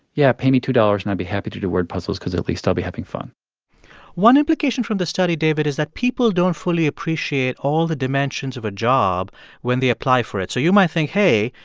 yeah, pay me two dollars, and i'll be happy to do word puzzles cause at least i'll be having fun one implication from the study, david, is that people don't fully appreciate all the dimensions of a job when they apply for it. so you might think, hey,